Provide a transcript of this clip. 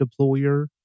deployer